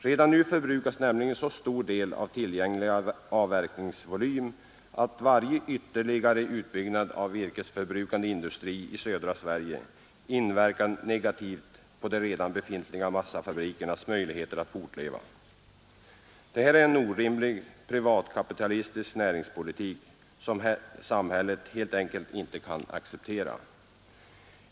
Redan nu förbrukas nämligen så stor del av tillgänglig avverkningsvolym att varje ytterligare utbyggnad av virkesförbrukande industri i södra Sverige inverkar negativt på redan befintliga massafabrikers möjligheter att fortleva. Detta är en orimlig privatkapitalistisk näringspolitik som samhället helt enkelt inte kan acceptera.